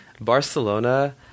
Barcelona